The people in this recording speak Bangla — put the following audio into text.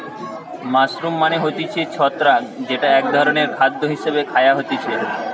মাশরুম মানে হতিছে ছত্রাক যেটা এক ধরণের খাদ্য হিসেবে খায়া হতিছে